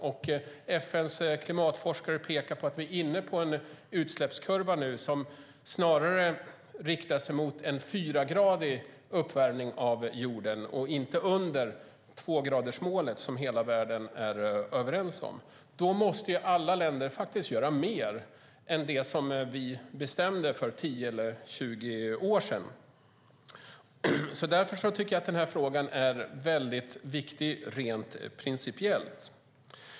FN:s klimatforskare pekar på att vi nu har en utsläppskurva som snarare visar att vi är på väg mot en fyragradig uppvärmning av jorden och inte mot en uppvärmning som ligger under tvågradersmålet som hela världen är överens om. Då måste alla länder faktiskt göra mer än det som vi bestämde för 10 eller 20 år sedan. Därför tycker jag att denna fråga är mycket viktig rent principiellt.